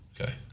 Okay